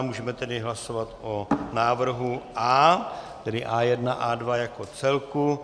Můžeme tedy hlasovat o návrhu A, tedy A1 a A2 jako celku.